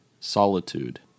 Solitude